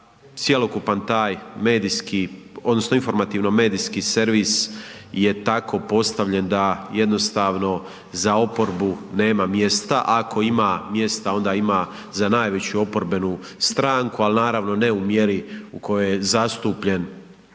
cjelokupan taj medijski odnosno informativno medijski servis je tako postavljen da jednostavno za oporbu nema mjesta. Ako ima mjesta onda ima za najveću oporbenu stranku, ali naravno ne u mjeri u kojoj je zastupljen